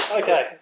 okay